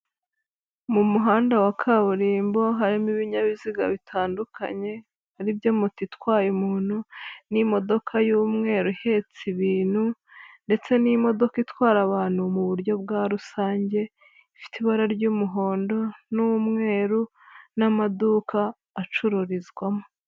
Mu muhanda wa kaburimbo harimo ibinyabiziga bitandukanye. Ari byo moto itwaye umuntu n'imodoka y'umweru ihetse ibintu ndetse n'imodoka itwara abantu mu buryo bwa rusange, ifite ibara ry'umuhondo n'umweru n'amaduka acururizwamo.